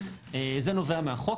זה נובע מהחוק.